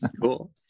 Cool